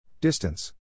Distance